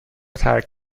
ترک